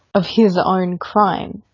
of his own crime.